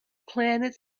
planet